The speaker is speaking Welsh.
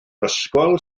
ysgol